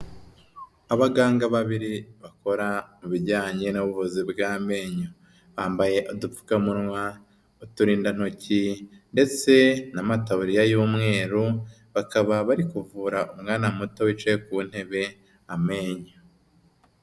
Abaganga babiri bakora ibijyanye n'ubuvuzi bw'amenyo, bambaye udupfukamunwa, uturindantoki ndetse n'amataburiya y'umweru, bakaba bari kuvura umwana muto wicaye ku ntebe amenyo.